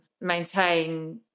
maintain